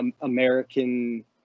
American